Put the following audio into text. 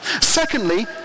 Secondly